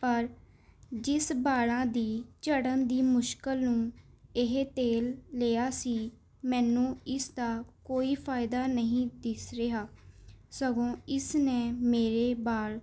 ਪਰ ਜਿਸ ਬਾਲਾਂ ਦੀ ਚੜਨ ਦੀ ਮੁਸ਼ਕਲ ਨੂੰ ਇਹ ਤੇਲ ਲਿਆ ਸੀ ਮੈਨੂੰ ਇਸ ਦਾ ਕੋਈ ਫਾਇਦਾ ਨਹੀਂ ਦਿੱਸ ਰਿਹਾ ਸਗੋਂ ਇਸ ਨੇ ਮੇਰੇ ਬਾਲ